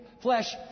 flesh